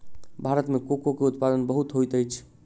भारत में कोको के उत्पादन बहुत होइत अछि